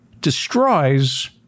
destroys